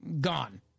gone